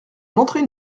montrer